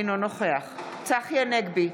אינו נוכח צחי הנגבי,